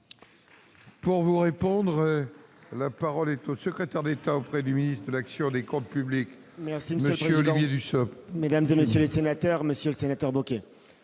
Pour vous répondre, la parole est au secrétaire d'État auprès du ministre de l'action des comptes publics, monsieur Olivier Dussopt.